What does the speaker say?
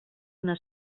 una